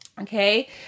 Okay